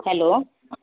hello